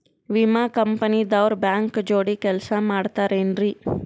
ವಿಮಾ ಕಂಪನಿ ದವ್ರು ಬ್ಯಾಂಕ ಜೋಡಿ ಕೆಲ್ಸ ಮಾಡತಾರೆನ್ರಿ?